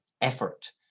effort